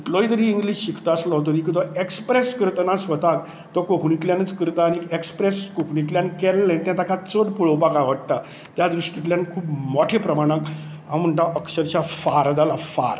कितलोय जरी इंग्लीश शिकता आसलो तरी एक्सप्रेस करतना स्वताक तो कोंकणीतल्यानूच करता आनी एक्सप्रेस कोंकणींतल्यान केल्लें तें ताका चड पळोवपाक आवडटा त्या दृश्टींतल्यान खूब मोठ्या प्रमाणांत हांव म्हणटां अक्षरशा फार जाला फार